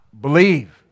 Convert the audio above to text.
Believe